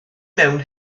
mewn